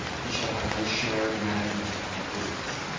he shall have no share in the management of public business.